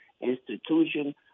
institution